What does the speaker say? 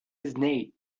nate